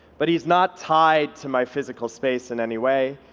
but he's not tied to my physical space in any way.